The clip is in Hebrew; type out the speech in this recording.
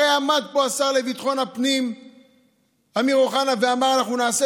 הרי עמד פה השר לביטחון הפנים אמיר אוחנה ואמר: אנחנו נעשה